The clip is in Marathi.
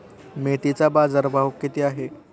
मेथीचा बाजारभाव किती आहे?